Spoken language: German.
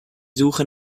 suche